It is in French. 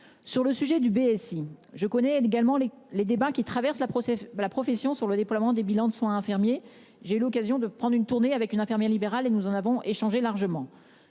sur le sujet du BSI je connais également les les débats qui traversent la procession de la profession sur le déploiement des bilans de soins infirmiers. J'ai l'occasion de prendre une tournée avec une infirmière libérale et nous en avons échangé largement